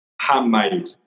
Handmade